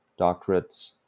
doctorates